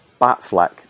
Batfleck